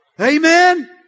Amen